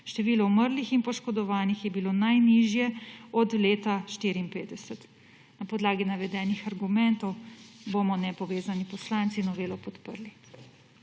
Število umrlih in poškodovanih je bilo najnižje od leta 1954. Na podlagi navedenih argumentov, bomo nepovezani poslanci novelo podprli.